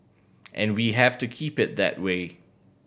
and we have to keep it that way